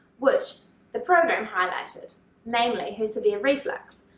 which the program highlighted namely her severe reflux.